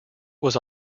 was